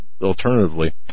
Alternatively